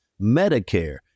Medicare